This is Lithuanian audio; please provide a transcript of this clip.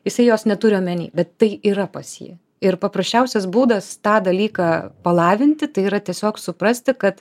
jisai jos neturi omeny bet tai yra pas jį ir paprasčiausias būdas tą dalyką palavinti tai yra tiesiog suprasti kad